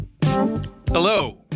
Hello